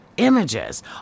images